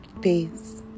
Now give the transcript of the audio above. peace